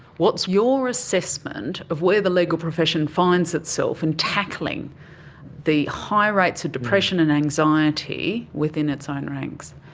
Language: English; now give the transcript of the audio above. what's your assessment of where the legal profession finds itself in tackling the high rates of depression and anxiety within its own ranks?